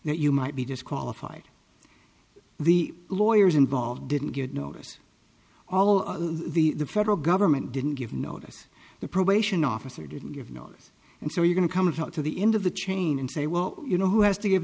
that you might be disqualified the lawyers involved didn't get notice all of the federal government didn't give notice the probation officer didn't give notice and so we're going to come and talk to the end of the chain and say well you know who has to give